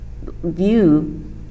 view